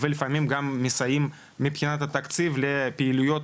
לפעמים גם מסייעים מבחינת התקציב פעילויות